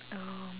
um